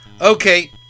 Okay